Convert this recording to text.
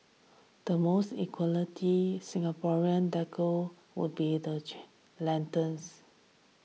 the most equality Singaporean decor would be the lanterns